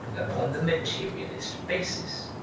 upon the materialist basis.